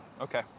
Okay